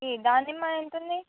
ఈ దానిమ్మ ఎంతుంది